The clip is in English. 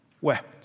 wept